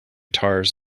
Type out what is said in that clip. guitars